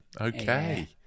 Okay